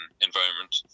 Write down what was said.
environment